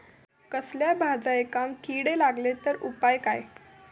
कसल्याय भाजायेंका किडे लागले तर उपाय काय?